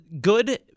good